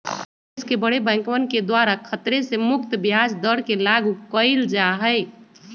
देश के बडे बैंकवन के द्वारा खतरे से मुक्त ब्याज दर के लागू कइल जा हई